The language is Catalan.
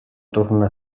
tornar